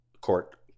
Court